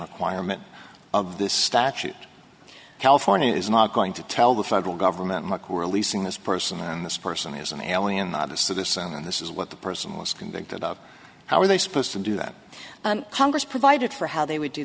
requirement of this statute california is not going to tell the federal government releasing this person and this person is an alien not a citizen and this is what the person was convicted of how are they supposed to do that congress provided for how they would do